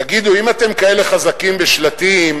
תגידו, אם אתם כאלה חזקים בשלטים,